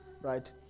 Right